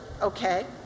okay